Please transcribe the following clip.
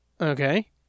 okay